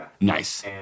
Nice